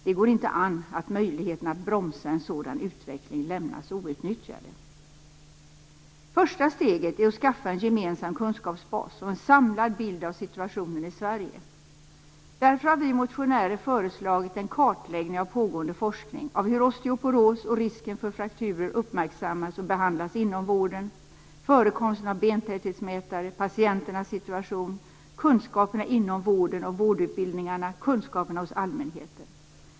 Det går inte an att möjligheterna att bromsa en sådan utveckling lämnas outnyttjade. Första steget är att skaffa en gemensam kunskapsbas och en samlad bild av situationen i Sverige. Därför har vi motionärer föreslagit en kartläggning av pågående forskning, av hur osteoporos och risken för frakturer uppmärksammas och behandlas inom vården, förekomsten av bentäthetsmätare, patienternas situation, kunskaperna inom vården och vårdutbildningarna och kunskaperna hos allmänheten.